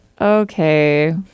okay